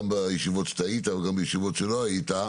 גם בישיבות שאתה היית וגם בישיבות שלא היית.